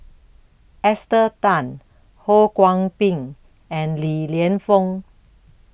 Esther Tan Ho Kwon Ping and Li Lienfung